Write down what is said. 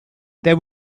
there